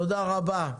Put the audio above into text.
תודה רבה.